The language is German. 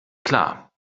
klar